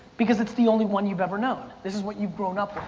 because it's the only one you've ever known. this is what you've grown up with.